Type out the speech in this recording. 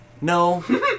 No